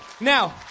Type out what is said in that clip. Now